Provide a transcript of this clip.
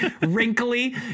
Wrinkly